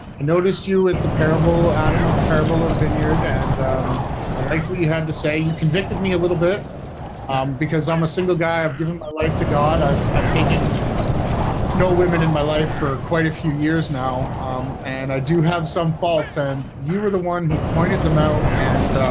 noticed you at the parable adam of the parable of vineyard and i liked what he had to say. he convicted me a little bit because i'm a single guy. i've given my life to god i've i've taken no women in my life for quite a few years now um and i do have some faults and you were the one who pointed them out and